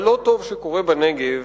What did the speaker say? הלא-טוב שקורה בנגב,